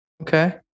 Okay